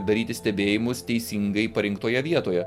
daryti stebėjimus teisingai parinktoje vietoje